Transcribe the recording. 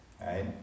right